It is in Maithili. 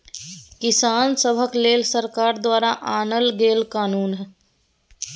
किसान सभक लेल सरकार द्वारा आनल गेल कानुन